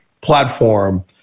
platform